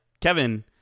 Kevin